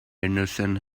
henderson